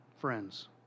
friends